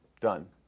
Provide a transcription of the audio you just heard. done